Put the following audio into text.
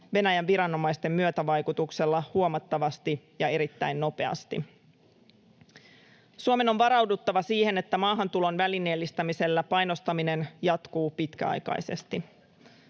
Venäjän viranomaisten myötävaikutuksella huomattavasti ja erittäin nopeasti. Suomen on varauduttava siihen, että maahantulon välineellistämisellä painostaminen jatkuu pitkäaikaisesti.